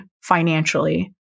financially